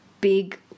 big